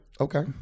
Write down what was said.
Okay